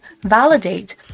validate